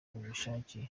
ubushake